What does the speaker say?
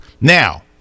Now